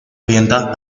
orienta